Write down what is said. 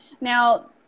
Now –